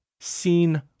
seen